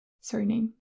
surname